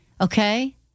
okay